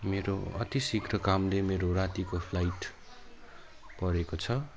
मेरो अति शीघ्र कामले मेरो रातिको फ्लाइट परेको छ